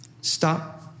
stop